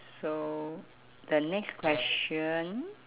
so the next question